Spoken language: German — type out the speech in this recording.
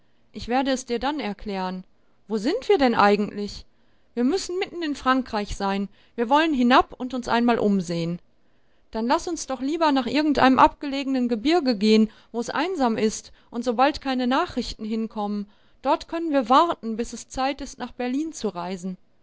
ich werde es dir dann erklären wo sind wir denn eigentlich wir müssen mitten in frankreich sein wir wollen hinab und uns einmal umsehen dann laß uns doch lieber nach irgendeinem abgelegenen gebirge gehen wo es einsam ist und so bald keine nachrichten hinkommen dort können wir warten bis es zeit ist nach berlin zu reisen